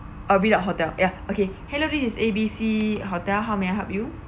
I'll be the hotel ya okay hello this is A B C hotel how may I help you